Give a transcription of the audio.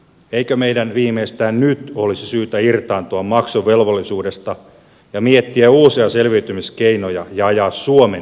eikö meidän viimeistään nyt olisi syytä irtaantua maksuvelvollisuudesta ja miettiä uusia selviytymiskeinoja ja ajaa suomen etua